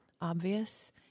obvious